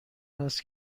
است